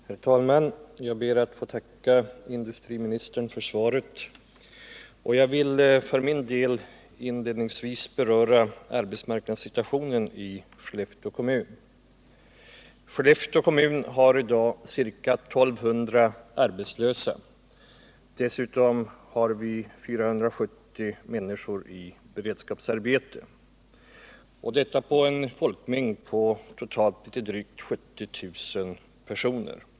Herr talman! Jag ber att få tacka industriministern för svaret. Jag vill för min del inledningsvis beröra arbetsmarknadssituationen i Skellefteå kommun. Skellefteå kommun har i dag ca 1 200 arbetslösa. Dessutom har vi 470 människor i beredskapsarbete. Och detta på en folkmängd på totalt drygt 70 000 personer.